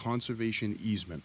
conservation easement